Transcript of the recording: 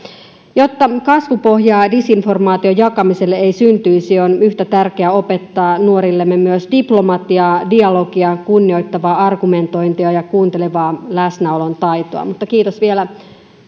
jotta kasvupohjaa dis informaation jakamiselle ei syntyisi on yhtä tärkeää opettaa nuorillemme myös diplomatiaa dialogiaa kunnioittavaa argumentointia ja kuuntelevaa läsnäolon taitoa mutta kiitos vielä